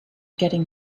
getting